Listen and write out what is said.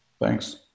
Thanks